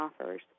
offers